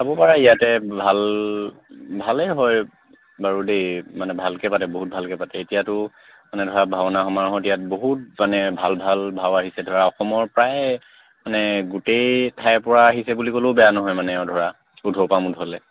চাব পাৰা ইয়াতে ভাল ভালেই হয় বাৰু দেই মানে ভালকৈ পাতে বহুত ভালকৈ পাতে এতিয়াতো মানে ধৰা ভাওনা সমাৰোহত ইয়াত বহুত মানে ভাল ভাল ভাও আহিছে ধৰা অসমৰ প্ৰায় মানে গোটেই ঠাইৰপৰা আহিছে বুলি ক'লেও বেয়া নহয় মানে আৰু ধৰা ওধৰপৰা মুধলৈ